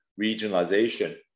regionalization